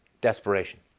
desperation